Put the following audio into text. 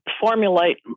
formulate